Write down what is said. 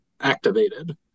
activated